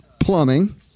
plumbing